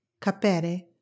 capere